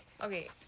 Okay